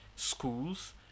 schools